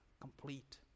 complete